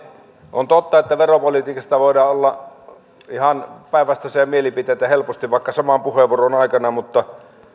on totta että veropolitiikasta voi olla ihan päinvastaisia mielipiteitä helposti vaikka saman puheenvuoron aikana mutta